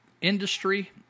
industry